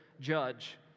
judge